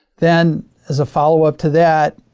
then as a follow-up to that,